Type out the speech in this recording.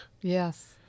Yes